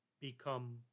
become